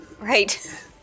right